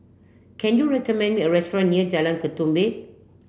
can you recommend me a restaurant near Jalan Ketumbit